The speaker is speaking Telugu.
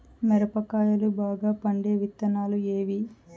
మిరప కాయలు బాగా పండే విత్తనాలు ఏవి